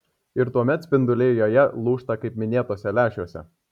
ir tuomet spinduliai joje lūžta kaip minėtuose lęšiuose